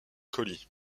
colis